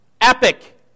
Epic